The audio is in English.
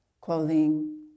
clothing